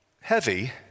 heavy